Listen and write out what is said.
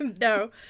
No